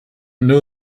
know